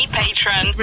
patron